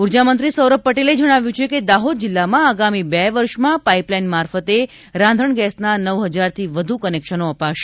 ઉર્જા મંત્રી સૌરભ પટેલે જણાવ્યું છે કે દાહોદ જિલ્લામાં આગામી બે વર્ષમાં પાઇપલાઇન મારફતે રાંધણગેસના નવ હજારથી વધુ કનેકશનો અપાશે